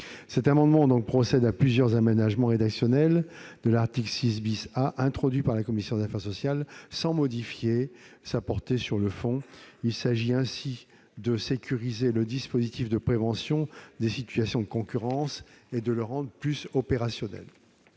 Cet amendement vise à procéder à plusieurs aménagements rédactionnels de l'article 6 A introduit par la commission des affaires sociales, sans modifier sa portée sur le fond. Il s'agit ainsi de sécuriser le dispositif de prévention des situations de concurrence et de le rendre plus opérationnel.